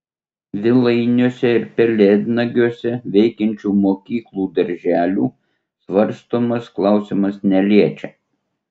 vilainiuose ir pelėdnagiuose veikiančių mokyklų darželių svarstomas klausimas neliečia